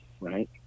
right